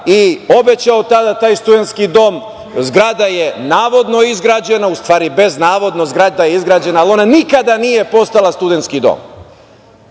i obećao tada taj studentski dom. Zgrada je navodno izgrađena, u stvari bez navodno, zgrada je izgrađena, ali ona nikada nije postala studentski